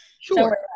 Sure